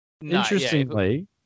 Interestingly